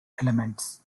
elements